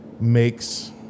makes